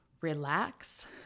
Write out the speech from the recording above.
relax